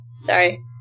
Sorry